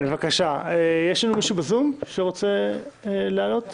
יש מישהו שרוצה לעלות בזום?